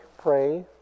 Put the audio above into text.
pray